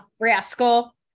rascal